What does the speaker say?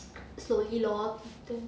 slowly lor this thing